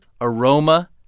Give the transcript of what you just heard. aroma